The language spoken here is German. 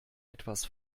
etwas